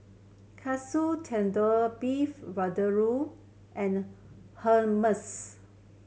Katsu Tendon Beef Vindaloo and Hummus